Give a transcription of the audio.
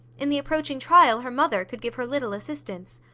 in the approaching trial her mother could give her little assistance.